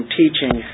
teaching